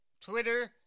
Twitter